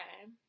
Okay